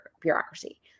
bureaucracy